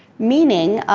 meaning,